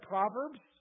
Proverbs